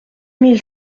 mille